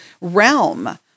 realm